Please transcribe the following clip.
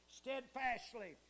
steadfastly